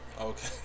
Okay